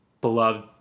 beloved